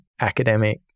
academic